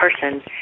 person